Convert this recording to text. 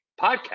podcast